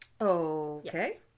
Okay